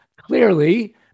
Clearly